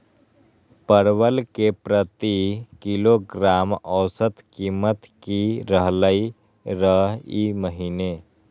परवल के प्रति किलोग्राम औसत कीमत की रहलई र ई महीने?